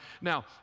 Now